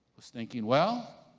was thinking, well,